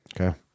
Okay